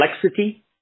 complexity